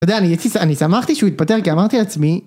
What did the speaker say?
אתה יודע, אני.. אני שמחתי שהוא התפטר, כי אמרתי לעצמי.